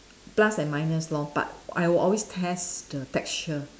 plus and minus lor but I will always test the texture